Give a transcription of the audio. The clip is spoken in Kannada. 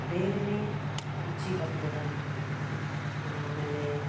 ಬೇರೆಯೇ ರುಚಿ ಬರ್ತದೆ ಆಮೇಲೆ